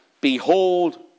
behold